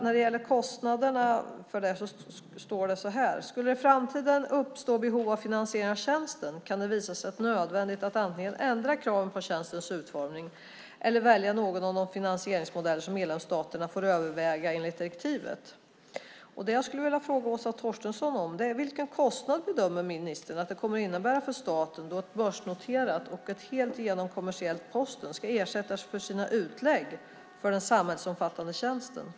När det gäller kostnaderna står det: "Skulle det i framtiden uppstå behov av finansiering av tjänsten kan det visa sig nödvändigt att antingen ändra kraven på tjänstens utformning eller att välja någon av de finansieringsmodeller som medlemsstaterna får överväga enligt direktivet." Vilka kostnader bedömer ministern att det kommer att innebära för staten då ett börsnoterat och helt genomkommersiellt Posten ska ersättas för sina utlägg för den samhällsomfattande tjänsten?